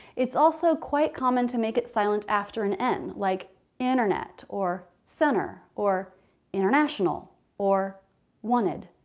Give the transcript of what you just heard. it's also quite common to make it silent after an n like internet or center or international or wanted.